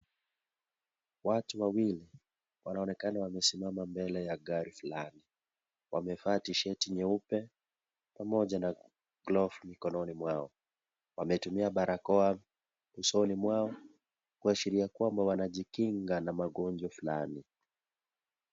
Watu wawili, wanaonekana wamesimama mbele ya gari fulani. Wamevaa t-shirt nyeupe, pamoja na glovu mikononi mwao. Wametumia barakoa usoni mwao, kuashiria kwamba wanajikinga na magonjwa fulani.